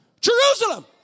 Jerusalem